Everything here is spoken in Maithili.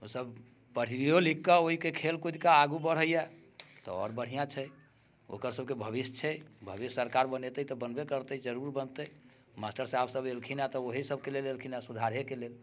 ओसभ पढ़ियो लिख कऽ ओहिके खेलकूदके आगू बढ़ैए तऽ आओर बढ़िआँ छै ओकरसभके भविष्य छै भविष्य सरकार बनेतै तऽ बनबे करतै जरूर बनतै मास्टर साहब सभ एलखिन हेँ तऽ ओही सभके लेल एलखिन हेँ सुधारहेके लेल